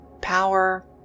power